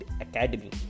Academy